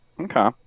Okay